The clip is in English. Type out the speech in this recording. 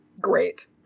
great